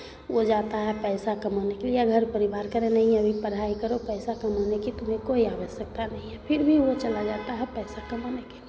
वो जाता है पैसा कमाने के लिए या घर परिवार कह रहे नहीं अभी पढ़ाई करो पैसा कमाने की तुम्हे कोई आवश्यकता नहीं है फिर भी वो चला जाता है पैसा कमाने के लिए